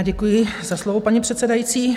Děkuji za slovo, paní předsedající.